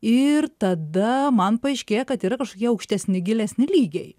ir tada man paaiškėja kad yra kažkokie aukštesni gilesni lygiai